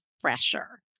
fresher